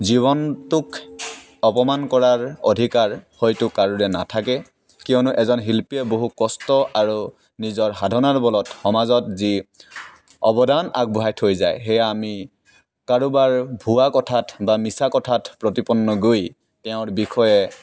জীৱনটোক অপমান কৰাৰ অধিকাৰ হয়টো কাৰোৰে নাথাকে কিয়নো এজন শিল্পীয়ে বহু কষ্ট আৰু নিজৰ সাধনাৰ বলত সমাজত যি অৱদান আগবঢ়াই থৈ যায় সেয়া আমি কাৰোবাৰ ভুৱা কথাত বা মিছা কথাত প্ৰতিপন্ন গৈ তেওঁৰ বিষয়ে